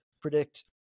predict